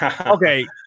okay